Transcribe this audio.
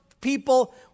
people